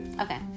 Okay